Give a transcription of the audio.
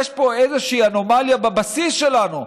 יש פה איזושהי אנומליה בבסיס שלנו,